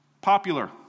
popular